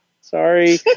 Sorry